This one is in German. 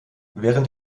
während